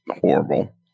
horrible